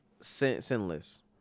sinless